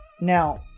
Now